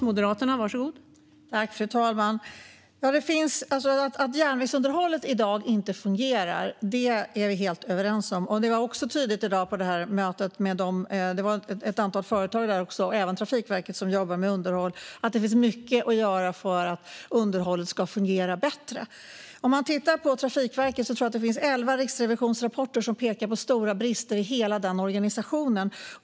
Fru talman! Att järnvägsunderhållet inte fungerar i dag är vi helt överens om. Det var också tydligt i dag på mötet med ett antal företag och Trafikverket, som jobbar med underhåll, att det finns mycket att göra för att underhållet ska fungera bättre. Jag tror att det finns elva riksrevisionsrapporter som pekar på stora brister i Trafikverkets hela organisation.